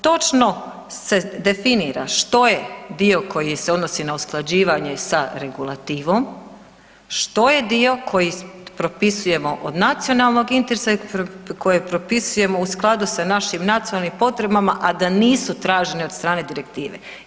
Točno se definira što je dio koji se odnosi na usklađivanje sa regulativom, što je dio koji propisujemo od nacionalnog interesa i koji propisujemo u skladu sa našim nacionalnim potrebama, a da nisu tražene od strane direktive.